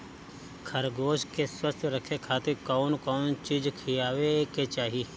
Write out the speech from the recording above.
खरगोश के स्वस्थ रखे खातिर कउन कउन चिज खिआवे के चाही?